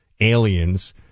aliens